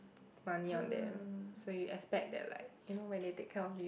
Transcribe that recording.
money on them so you expect that like you know when they take care of you